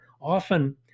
Often